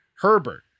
Herbert